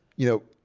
you know,